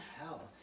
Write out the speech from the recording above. hell